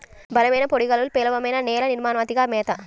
బలమైన పొడి గాలులు, పేలవమైన నేల నిర్మాణం, అతిగా మేత